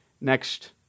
next